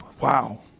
Wow